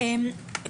כן.